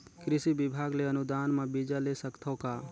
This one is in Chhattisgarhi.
कृषि विभाग ले अनुदान म बीजा ले सकथव का?